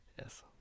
yes